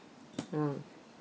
ah